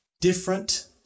different